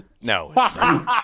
No